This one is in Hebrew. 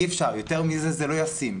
יותר מזה, זה לא ישים.